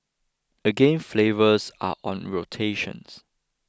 again flavours are on rotations